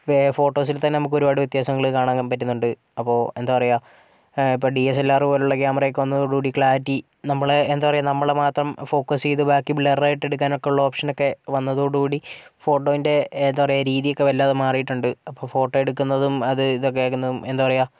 ഫോട്ടോസിൽ തന്നെ നമുക്ക് ഒരുപാട് വ്യത്യാസങ്ങൾ കാണാൻ പറ്റുന്നുണ്ട് അപ്പോൾ എന്താ പറയാ ഇപ്പോൾ ഡി എസ് എൽ ആർ പോലുള്ള ക്യാമറയൊക്കെ വന്നതോട് കൂടി ക്ലാരിറ്റി നമ്മളെ എന്താ പറയാ നമ്മളെ മാത്രം ഫോക്കസ് ചെയ്ത് ബാക്കി ബ്ലർ ആയിട്ട് എടുക്കാനുള്ള ഓപ്ഷനൊക്കെ വന്നതോടുകൂടി ഫോട്ടോൻ്റെ എന്താ പറയാ രീതിയൊക്കെ വല്ലാതെ മാറിയിട്ടുണ്ട് അപ്പോൾ ഫോട്ടോ എടുക്കുന്നതും അത് ഇതൊക്കെ ആക്കുന്നതും എന്താ പറയാ